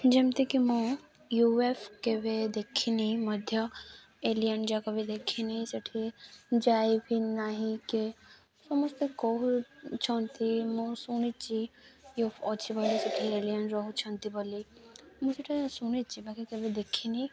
ଯେମିତିକି ମୁଁ U F କେବେ ଦେଖିନି ମଧ୍ୟ ଏଲିଏନ୍ ଯାକ ବି ଦେଖିନି ସେଠି ଯାଇବି ନାହିଁ କି ସମସ୍ତେ କହୁଛନ୍ତି ମୁଁ ଶୁଣିଛି ୟୁ ଏଫ୍ ଅଛି ବୋଲି ସେଠି ଏଲିଏନ୍ ରହୁଛନ୍ତି ବୋଲି ମୁଁ ସେଇଟା ଶୁଣିଛି ପାଖେ କେବେ ଦେଖିନି